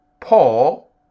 Paul